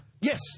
Yes